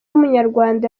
w’umunyarwanda